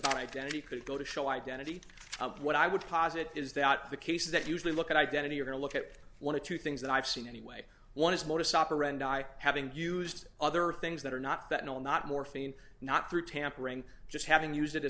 of identity could go to show identity what i would posit is that the cases that usually look at identity are look at one of two things that i've seen anyway one is modus operandi having used other things that are not that no not morphine not through tampering just having used it